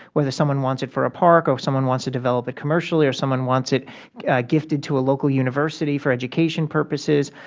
whether someone wants it for a park or someone wants to develop it commercially or sometime wants it gifted to a local university for education purposes.